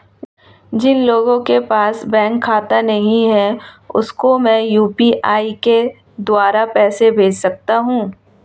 जिन लोगों के पास बैंक खाता नहीं है उसको मैं यू.पी.आई के द्वारा पैसे भेज सकता हूं?